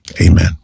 Amen